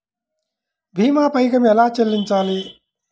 భీమా పైకం ఎలా చెల్లించాలి?